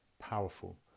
powerful